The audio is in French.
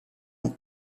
nom